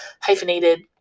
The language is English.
hyphenated